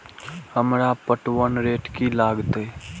हमरा पटवन रेट की लागते?